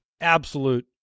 absolute